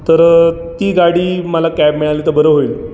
तर ती गाडी मला कॅब मिळाली तर बरं होईल